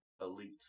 Elite